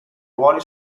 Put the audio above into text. ruoli